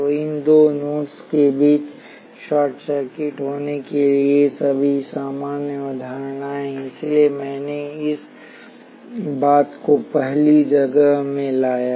तो इन दो नोड्स के बीच शॉर्ट सर्किट होने के लिए ये सभी समान अवधारणाएं हैं इसलिए मैंने इस बात को पहली जगह में लाया